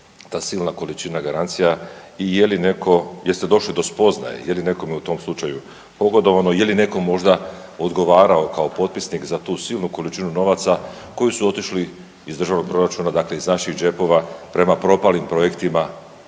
ta silna količina garancija i je li netko, jeste došli do spoznaje je li nekome u tom slučaju pogodovani, je li netko možda odgovarao kao potpisnik za tu silnu količinu novaca koji su otišli iz državnog proračuna dakle iz naših džepova prema propalim projektima